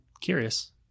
curious